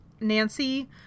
Nancy